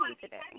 today